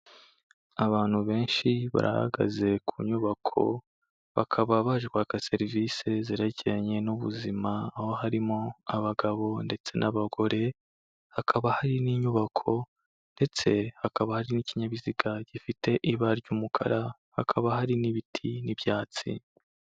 Abantu benshi barahagaze ku nyubako, bakaba baje kwaka serivisi zerekeranye n'ubuzima aho harimo abagabo ndetse n'abagore, hakaba hari n'inyubako ndetse hakaba hari n'ikinyabiziga gifite ibara ry'umukara, hakaba hari n'ibiti n'ibyatsi.